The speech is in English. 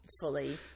fully